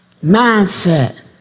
Mindset